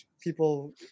people